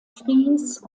fries